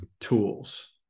tools